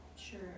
Sure